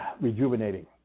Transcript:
rejuvenating